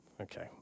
Okay